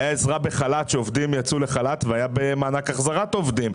הייתה עזרה בחל"ת כאשר עובדים יצאו לחל"ת והיה מענק החזרת עובדים.